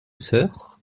sœur